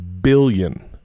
billion